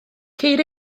ceir